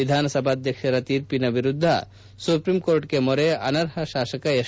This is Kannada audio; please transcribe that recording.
ವಿಧಾನಸಭಾಧ್ವಕ್ಷರ ತೀರ್ಪಿನ ವಿರುದ್ದ ಸುಪ್ರಿಂ ಕೋರ್ಟ್ಗೆ ಮೊರೆ ಅನರ್ಹ ಶಾಸಕ ಎಸ್